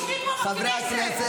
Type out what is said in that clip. תתביישי לך.